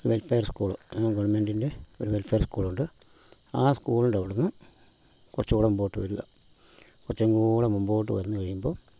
ഒരു welfare school ഗവണ്മെൻ്റിൻ്റെ ഒരു വെൽഫേറ് സ്കൂളുണ്ട് ആ സ്കൂള്ൻ്റ അവിടുന്ന് കുറച്ച് കൂടെ മുൻപോട്ട് വരിക കുറച്ചും കൂടെ മുൻപോട്ട് വന്ന് കഴിയുമ്പോൾ